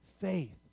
faith